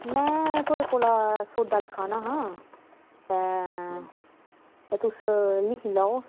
में थुआढ़े कोला सौदा लिखाना हा ते तुस लिखी लैओ